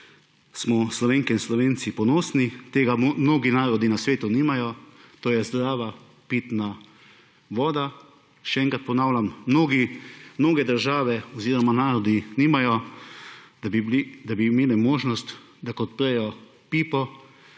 smo Slovenke in Slovenci ponosni −tega mnogi narodi na svetu nimajo −, to je zdrava pitna voda. Še enkrat ponavljam, mnoge države oziroma narodi nimajo možnosti, da ko odprejo pipo,